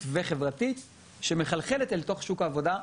וחברתית שמחלחלת אל תוך שוק העבודה.